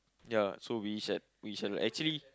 ya so we shall we shall actually